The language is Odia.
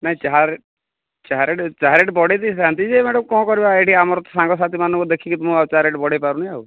ନାହିଁ ଚା' ଚାହା ରେଟ୍ ଚାହା ରେଟ୍ ବଢ଼ାଇଦେଇଥାନ୍ତି ଯେ ମ୍ୟାଡ଼ାମ୍ କ'ଣ କରିବା ଏଇଠି ଆମର ତ ସାଙ୍ଗସାଥୀ ମାନଙ୍କୁ ଦେଖିକି ମୁଁ ଆଉ ଚା' ରେଟ୍ ବଢ଼ାଇ ପାରୁନି ଆଉ